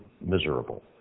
miserable